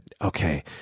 okay